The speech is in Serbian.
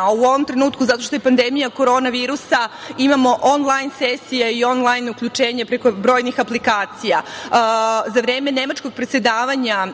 U ovom trenutku zato što je pandemija korona virusa imamo onlajn sesije i onlajn uključenje preko brojnih aplikacija.Za vreme nemačkog predsedavanja